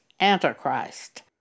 Antichrist